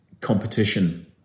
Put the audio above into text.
competition